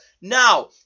now